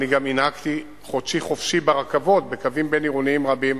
אני גם הנהגתי "חודשי חופשי" ברכבות בקווים בין-עירוניים רבים